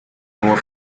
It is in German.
nur